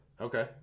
Okay